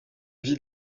vie